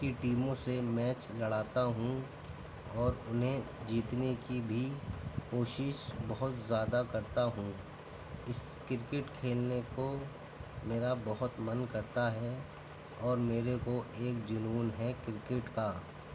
کی ٹیموں سے میچ لڑاتا ہوں اور اُنہیں جیتنے کی بھی کوشش بہت زیادہ کرتا ہوں اِس کرکٹ کھیلنے کو میرا بہت من کرتا ہے اور میرے کو ایک جنون ہے کرکٹ کا